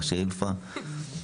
(הישיבה נפסקה בשעה 10:50 ונתחדשה בשעה 11:30.)